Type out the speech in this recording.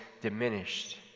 diminished